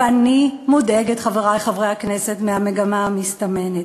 ואני מודאגת, חברי חברי הכנסת, מהמגמה המסתמנת,